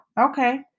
Okay